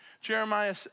Jeremiah